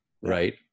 Right